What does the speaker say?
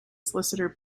solicitor